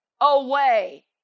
away